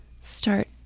start